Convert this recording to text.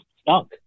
stunk